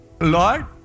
Lord